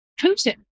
Putin